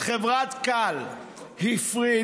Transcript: את חברת Cal הפרידו,